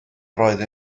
roedd